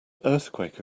earthquake